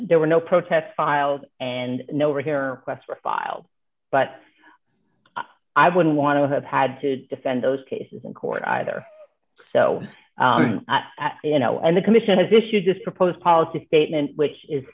there were no protests filed and no over here less for filed but i wouldn't want to have had to defend those cases in court either so you know and the commission has issued just proposed policy statement which is